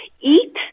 eat